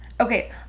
okay